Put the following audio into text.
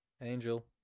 Angel